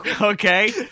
Okay